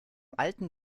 alten